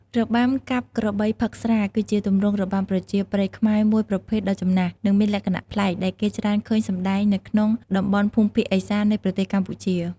របាំកាប់ក្របីផឹកស្រា គឺជាទម្រង់របាំប្រជាប្រិយខ្មែរមួយប្រភេទដ៏ចំណាស់ និងមានលក្ខណៈប្លែក ដែលគេច្រើនឃើញសម្តែងនៅក្នុងតំបន់ភូមិភាគឦសាន្តនៃប្រទេសកម្ពុជា។